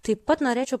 taip pat norėčiau